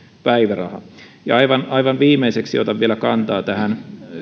päiväraha ja aivan aivan viimeiseksi otan vielä kantaa tähän